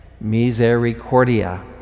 Misericordia